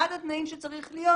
אחד התנאים שצריך להיות